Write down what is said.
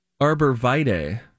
Arborvitae